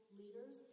leaders